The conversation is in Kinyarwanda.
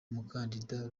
umukandida